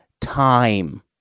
time